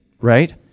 right